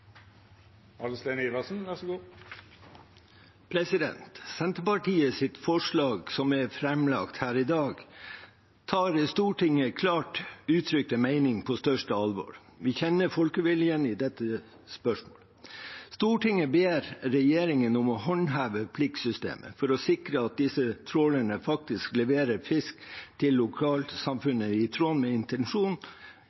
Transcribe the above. forslag, som har blitt tatt opp her i dag, tar Stortingets klart uttrykte mening på det største alvor. Vi kjenner folkeviljen i dette spørsmålet. Forslaget lyder: «Stortinget ber regjeringen om å håndheve pliktsystemet for å sikre at disse trålerne faktisk leverer fisk til